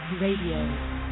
Radio